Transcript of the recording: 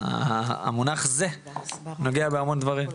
המונח "זה" נוגע בהמון דברים,